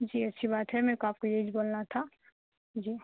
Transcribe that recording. جی اچھی بات ہے میرے کو آپ کو یہ ہی بولنا تھا جی